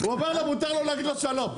הוא אומר מותר לו להגיד לו שלום,